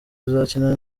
tuzakina